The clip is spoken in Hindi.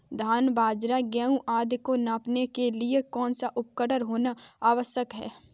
धान बाजरा गेहूँ आदि को मापने के लिए कौन सा उपकरण होना आवश्यक है?